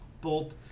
bolt